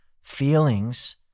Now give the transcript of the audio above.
feelings